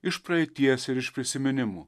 iš praeities ir iš prisiminimų